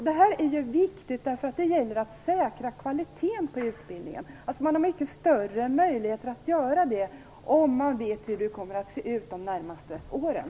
Det här är viktigt, därför att det gäller att säkra kvaliteten på utbildningen. Man har mycket större möjligheter att göra det, om man vet hur det kommer att se ut de närmaste åren.